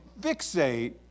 fixate